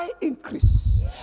increase